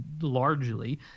largely